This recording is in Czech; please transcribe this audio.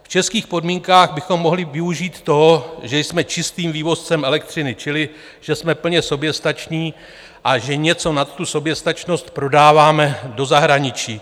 V českých podmínkách bychom mohli využít toho, že jsme čistým vývozcem elektřiny, čili že jsme plně soběstační a že něco nad tu soběstačnost prodáváme do zahraničí.